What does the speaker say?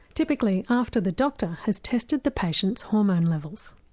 typically after the doctor has tested the patient's hormone levels.